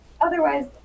otherwise